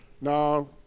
No